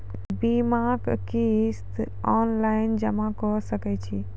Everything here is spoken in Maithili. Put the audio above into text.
बीमाक किस्त ऑनलाइन जमा कॅ सकै छी?